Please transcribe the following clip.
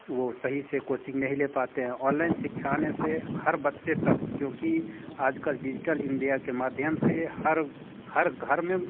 वो सही से कोचिंग नहीं ले पाते हैं ऑनलाइन शिक्षा आने से हर बच्चे तक क्योंकि आजकल डिजिटल इंडिया के माध्यम से हर हर घर में